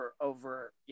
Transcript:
Over